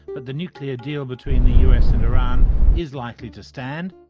but the nuclear deal between the us and iran is likely to stand.